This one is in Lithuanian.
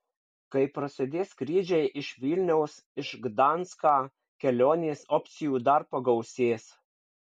kai prasidės skrydžiai iš vilniaus iš gdanską kelionės opcijų dar pagausės